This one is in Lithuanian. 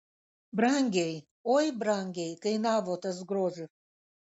brangiai oi brangiai kainavo tas grožis